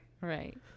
Right